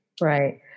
Right